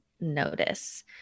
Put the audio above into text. notice